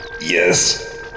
Yes